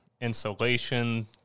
insulation